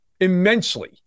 immensely